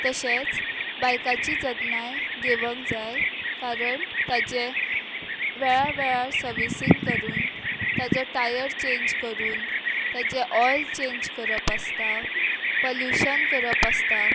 तशेंच बायकाची जतनाय घेवंक जाय कारण ताजें वेळा वेळार सविसींग करून ताजो टायर चेंज करून ताजे ऑयल चेंज करप आसता पल्युशन करप आसता